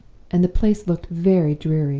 and the place looked very dreary.